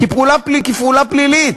כפעולה פלילית.